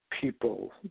people